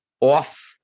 off